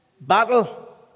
battle